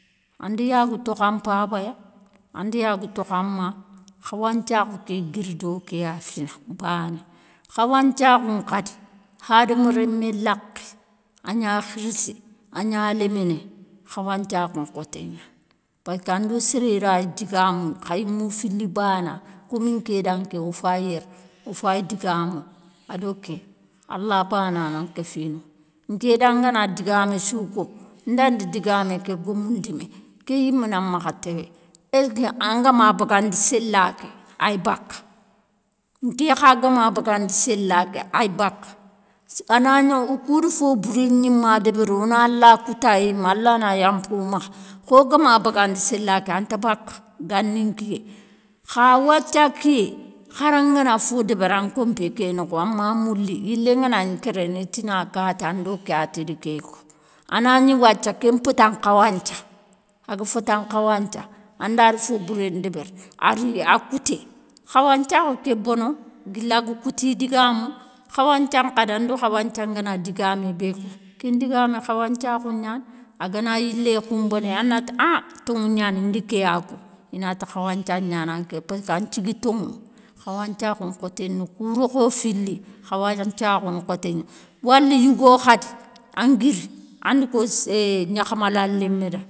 Anda yagou tokha mpabaya, anda yagou tokha ma, khawanthiakhou ké guiri doké ya fina bané, khawanthiakhou nkhadi, hada rémé lakhé, agna khirissé, agna léminé, khawanthiakhou nkhoté gnani, passaka ndo séré rayi digamounou, kha yimou fili banani, komi nké dan nké ofayi yéré ofayi digamounou, ado ké, ala banana nkéfinoya. nké dangana digamé sou kou, ndandi digamé ké gomoundimé, kéyimé nakhama téwé esska ngama bagandi, séla ké ay baka. nké kha gama bagandi séla ké ay baka. Anagno okoudou fo bouré gnouma débéri, ona la kouta yime alla na yampomakha, khogama bagandi séla ké, anta baka gani nkiyé. Kha wathia kiyé khara ngana fo débéri an nkompé ké nokho anma mouli yilé nganagni kéréné itina kati ando kati di kéko. Anagni wathia kén mpéta nkhawanthia, aga féta nkhawanthia andare fo bouré ndébéri ari akouté, khawanthiakhou ké bono guila aga kouti idagamou, khawanthia nkha dé ando khawanthia ngana digamé bé koutou, kén ndigamé khawanthiakhou gnani, agana yilé khoumbéné anati annn tonŋou gnani ndi kéya ko. inati khawanthia gnana nké passka nthigui tonŋou khawanthiakhou nkhoté ni kou rékho fili, khawanthiakhou nkhoté, wala yigo khadi an guiri, ande ko gnakhamala lémé da.